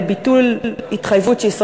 בנושא ביטול התוכנית להפחתת פליטות של גזי